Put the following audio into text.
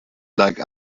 like